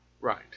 right